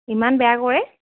ইমান বেয়া কৰে